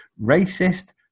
racist